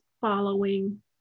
following